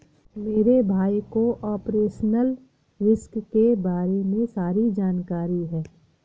मेरे भाई को ऑपरेशनल रिस्क के बारे में सारी जानकारी है